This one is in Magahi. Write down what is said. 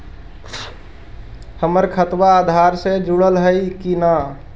हमर खतबा अधार से जुटल हई कि न?